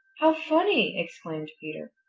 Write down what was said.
how funny! exclaimed peter.